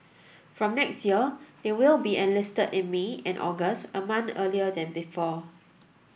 from next year they will be enlisted in May and August a month earlier than before